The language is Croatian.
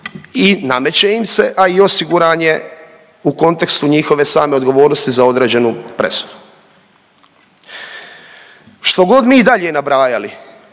i nameće im se, a i osiguran je u kontekstu njihove same odgovornosti za određenu presudu. Što god mi dalje nabrajali